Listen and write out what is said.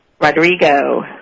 Rodrigo